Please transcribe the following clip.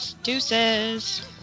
Deuces